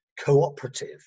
cooperative